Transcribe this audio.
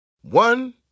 One